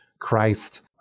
Christ